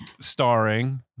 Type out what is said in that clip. Starring